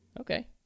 Okay